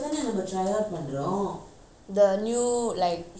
the new like twenty five dollars per package ah